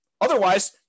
Otherwise